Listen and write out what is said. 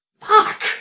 Fuck